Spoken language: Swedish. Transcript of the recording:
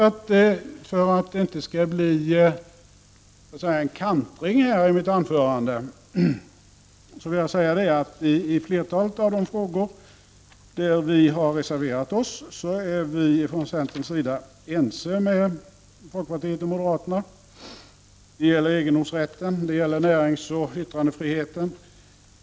Men för att det inte skall bli så att säga en kantring i mitt anförande vill jag säga att i flertalet av de frågor där vi i centern har reserverat oss är vi ense med folkpartiet och moderaterna. Det gäller egendomsrätten. Det gäller näringsoch yttrandefriheten.